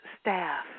staff